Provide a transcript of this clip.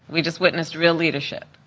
we just witnessed real leadership,